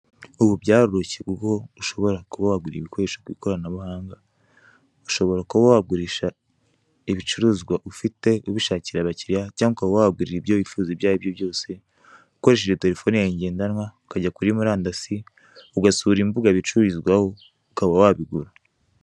Ubu byaroroshye ubwo ushobora kuba wagura ibikoresho by' ikoranabuhanga, ushobora kuba wagurisha ibicuruzwa ufite ubishakira abakiriya cyangwa ukaba wahagurira ibyo wifuza ibyo aribyo byose ukoresheje terefone yawe ngendanwa ukajya kuri muri andasi ugasura imbuga bicururizwaho ukaba wabigura.